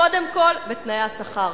קודם כול בתנאי השכר.